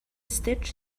stitch